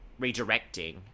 redirecting